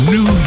New